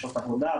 שעות עבודה,